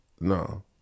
No